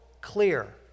clear